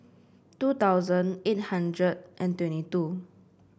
two thousand eight hundred and twenty two